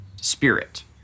spirit